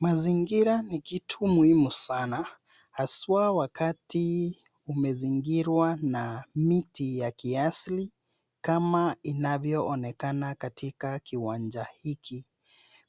Mazingira ni kitu muhimu sana haswa wakati umezingirwa na miti ya kiasili kama inavyoonekana katika kiwanja hiki.